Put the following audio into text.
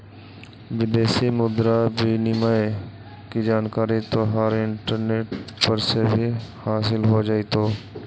विदेशी मुद्रा विनिमय की जानकारी तोहरा इंटरनेट पर से भी हासील हो जाइतो